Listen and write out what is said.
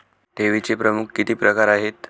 ठेवीचे प्रमुख किती प्रकार आहेत?